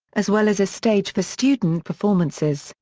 as well as a stage for student performances,